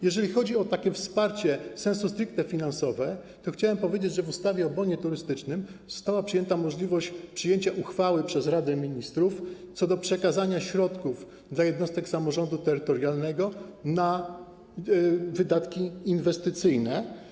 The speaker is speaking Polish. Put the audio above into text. Jeżeli chodzi o wsparcie finansowe sensu stricto, to chciałem powiedzieć, że w ustawie o bonie turystycznym została przyjęta możliwość przyjęcia uchwały przez Radę Ministrów odnośnie do przekazania środków dla jednostek samorządu terytorialnego na wydatki inwestycyjne.